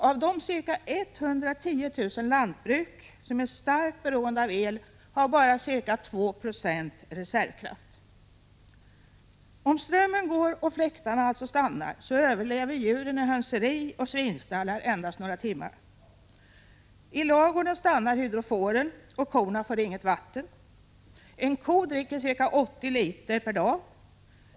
Av de ca 110 000 lantbruk som är starkt beroende av el har bara ca 2 90 reservkraft. Om strömmen går och fläktarna alltså stannar, så överlever djuren i hönserier och svinstallar endast några timmar. I ladugården stannar hydroforen och korna får inget vatten. En ko dricker ca 80 liter per dag.